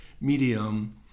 medium